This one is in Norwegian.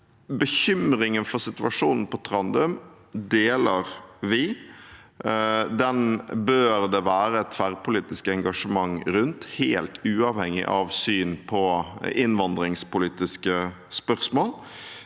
Bekymringen for situasjonen på Trandum deler vi. Den bør det være et tverrpolitisk engasjement rundt, helt uavhengig av syn på innvandringspolitiske spørsmål.